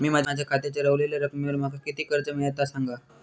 मी माझ्या खात्याच्या ऱ्हवलेल्या रकमेवर माका किती कर्ज मिळात ता सांगा?